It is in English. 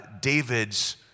David's